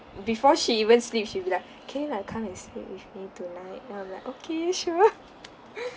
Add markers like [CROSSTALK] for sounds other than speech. before she even sleeps she'll be like can you like come and sleep with me tonight then I'm like okay sure [LAUGHS]